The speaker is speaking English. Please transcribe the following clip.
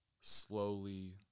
slowly